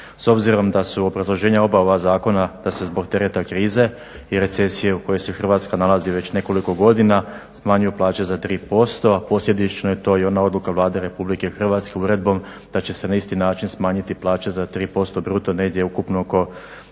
S obzirom da su obrazloženja oba ova zakona da se zbog tereta krize i recesije u kojoj se Hrvatska nalazi već nekoliko godina smanjuju plaće za 3%, a posljedično je to i ona odluka Vlade Republike Hrvatske uredbom da će se na isti način smanjiti plaće za 3% bruto negdje ukupno oko